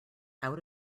out